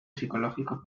psicológico